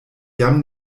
jam